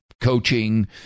coaching